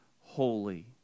holy